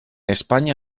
españa